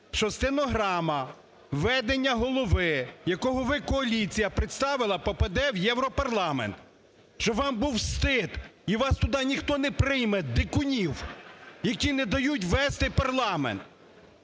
що стенограма ведення Голови, якого ви, коаліція, представила, попаде в Європарламент, щоб вам був стид! І вас туди ніхто не прийме, дикунів, які не дають вести парламент.